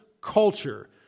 culture